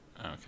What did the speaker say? Okay